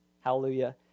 Hallelujah